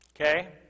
Okay